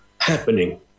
happening